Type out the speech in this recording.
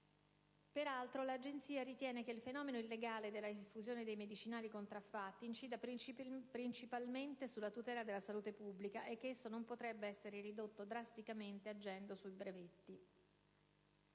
Peraltro, l'Agenzia ritiene che il fenomeno illegale della diffusione dei medicinali contraffatti incida principalmente sulla tutela della salute pubblica e che esso non potrebbe essere ridotto drasticamente agendo sui brevetti.